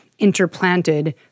interplanted